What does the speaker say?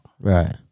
Right